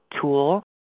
tool